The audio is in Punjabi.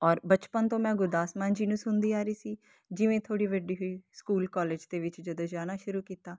ਔਰ ਬਚਪਨ ਤੋਂ ਮੈਂ ਗੁਰਦਾਸ ਮਾਨ ਜੀ ਨੂੰ ਸੁਣਦੀ ਆ ਰਹੀ ਸੀ ਜਿਵੇਂ ਥੋੜ੍ਹੀ ਵੱਡੀ ਹੋਈ ਸਕੂਲ ਕਾਲਜ ਦੇ ਵਿੱਚ ਜਦੋਂ ਜਾਣਾ ਸ਼ੁਰੂ ਕੀਤਾ